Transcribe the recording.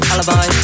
Alibi